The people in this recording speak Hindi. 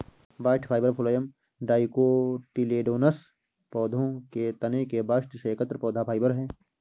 बास्ट फाइबर फ्लोएम डाइकोटिलेडोनस पौधों के तने के बास्ट से एकत्र पौधा फाइबर है